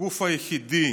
הגוף היחידי